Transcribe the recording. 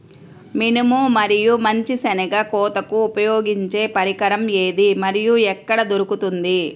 మినుము మరియు మంచి శెనగ కోతకు ఉపయోగించే పరికరం ఏది మరియు ఎక్కడ దొరుకుతుంది?